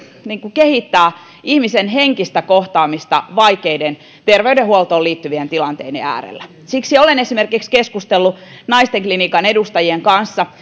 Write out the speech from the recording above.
kehittää ihmisen henkistä kohtaamista vaikeiden terveydenhuoltoon liittyvien tilanteiden äärellä siksi olen keskustellut esimerkiksi naistenklinikan edustajien kanssa